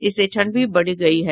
इससे ठंड भी बढ़ी हयी है